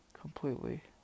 Completely